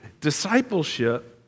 discipleship